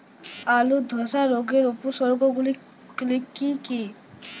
আলুর ধসা রোগের উপসর্গগুলি কি কি?